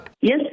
Yes